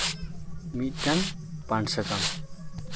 ᱢᱤᱫᱴᱟᱝ ᱯᱟᱱ ᱥᱟᱠᱟᱢ